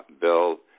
bill